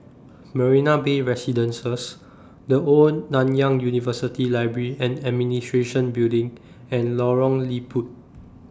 Marina Bay Residences The Old Nanyang University Library and Administration Building and Lorong Liput